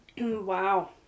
Wow